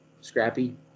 scrappy